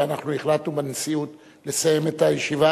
ואנחנו החלטנו בנשיאות לסיים את הישיבה